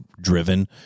driven